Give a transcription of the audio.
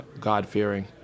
God-fearing